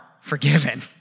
forgiven